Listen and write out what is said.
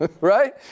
right